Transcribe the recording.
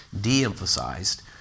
de-emphasized